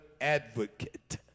advocate